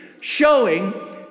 showing